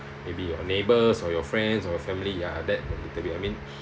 maybe your neighbors or your friends or family ya that to be I mean